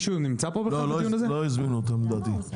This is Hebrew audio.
לא, לא הזמינו אותם, לדעתי.